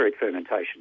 fermentation